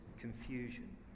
confusion